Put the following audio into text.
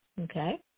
Okay